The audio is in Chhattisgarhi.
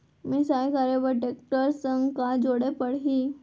मिसाई करे बर टेकटर संग का जोड़े पड़ही?